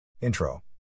Intro